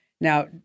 Now